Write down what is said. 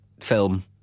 film